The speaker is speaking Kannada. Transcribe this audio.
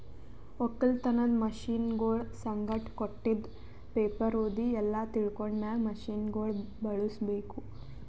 ಒಕ್ಕಲತನದ್ ಮಷೀನಗೊಳ್ ಸಂಗಟ್ ಕೊಟ್ಟಿದ್ ಪೇಪರ್ ಓದಿ ಎಲ್ಲಾ ತಿಳ್ಕೊಂಡ ಮ್ಯಾಗ್ ಮಷೀನಗೊಳ್ ಬಳುಸ್ ಬೇಕು